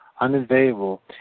unavailable